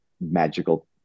magical